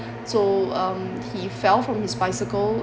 so um he fell from his bicycle